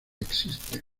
existe